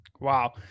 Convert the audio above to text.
Wow